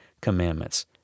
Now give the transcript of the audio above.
commandments